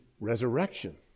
resurrection